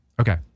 Okay